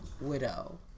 widow